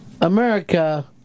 America